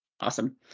Awesome